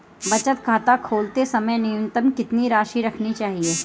बचत खाता खोलते समय न्यूनतम कितनी राशि रखनी चाहिए?